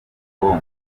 bwonko